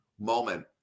moment